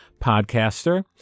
podcaster